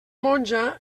monja